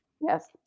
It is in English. Yes